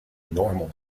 normal